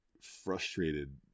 frustrated